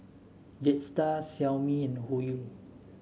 Jetstar Xiaomi and Hoyu